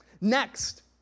Next